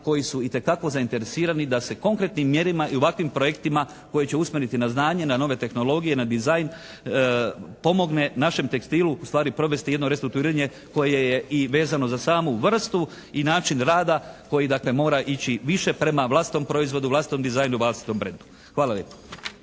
koji su itekako zainteresirani da se konkretnim mjerama i ovakvim projektima koji će usmjeriti na znanje, na nove tehnologije, na dizajn pomogne našem tekstilu ustvari provesti jedno restrukturiranje koje je i vezano za samu vrstu i način rada koji dakle mora ići više prema vlastitom proizvodu, vlastitom dizajnu, vlastitom brandu. Hvala lijepo.